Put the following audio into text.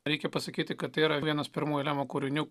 reikia pasakyti kad tai yra vienas pirmųjų remo kūrinių